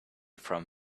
from